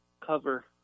cover